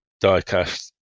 die-cast